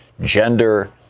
gender